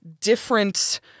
different-